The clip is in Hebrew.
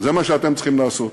זה מה שאתם צריכים לעשות.